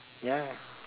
ya